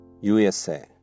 USA